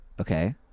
Okay